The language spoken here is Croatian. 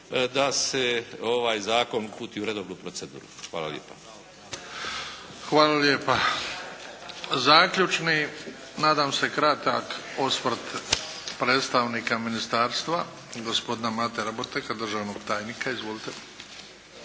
da se ovaj zakon uputi u redovnu proceduru. Hvala lijepa. **Bebić, Luka (HDZ)** Hvala lijepa. Zaključni, nadam se kratak osvrt predstavnika ministarstva, gospodina Mate Raboteka, državnog tajnika. Izvolite.